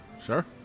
Sure